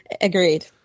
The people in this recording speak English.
Agreed